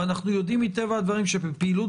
ואנחנו יודעים מטבע הדברים שבפעילות